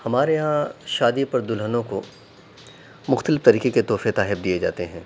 ہمارے یہاں شادی پر دلہنوں کو مختلف طریقے کے تحفے تحائف دیئے جاتے ہیں